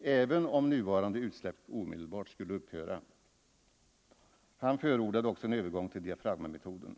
även om nuvarande utsläpp omedelbart skulle upphöra. Han förordade också en övergång till diafragmametoden.